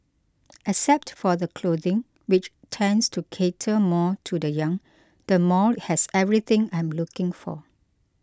except for the clothing which tends to cater more to the young the mall has everything I am looking for